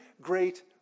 great